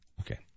Okay